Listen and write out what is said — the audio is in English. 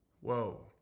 Whoa